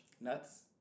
Nuts